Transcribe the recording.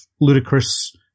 ludicrous